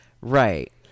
Right